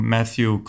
Matthew